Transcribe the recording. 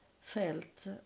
felt